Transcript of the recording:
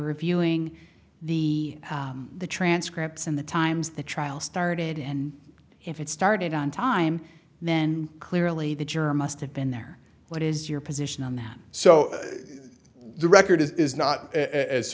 reviewing the the transcripts and the times the trial started and if it started on time then clearly the germ usted been there what is your position on that so the record is not as